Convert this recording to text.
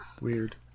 weird